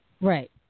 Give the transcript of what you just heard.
Right